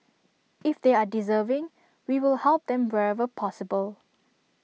if they are deserving we will help them wherever possible